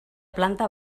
planta